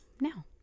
now